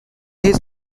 his